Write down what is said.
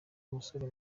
umusore